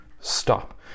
stop